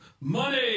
money